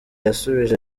yasubije